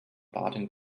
baden